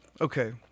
okay